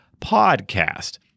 podcast